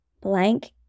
blank